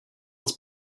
als